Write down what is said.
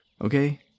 Okay